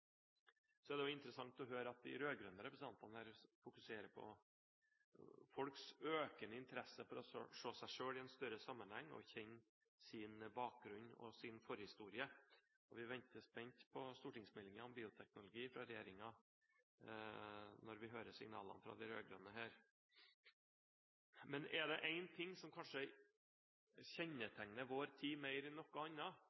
Det er interessant å høre at de rød-grønne representantene fokuserer på folks økende interesse for å se seg selv i en større sammenheng og kjenne sin bakgrunn og sin forhistorie. Vi venter spent på stortingsmeldingen om bioteknologi fra regjeringen når vi hører signalene fra de rød-grønne her. Men er det én ting som kanskje